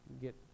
get